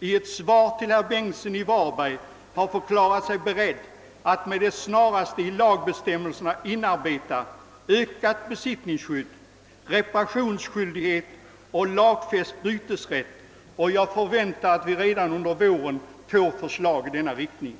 i ett svar till herr Bengtsson i Varberg har förklarat sig beredd att med det snaraste i lagbestämmelserna inarbeta ökat besittningsskydd, <reparationsskyldighet och lagfäst bytesrätt, och jag förväntar att vi redan under våren får förslag i denna riktning.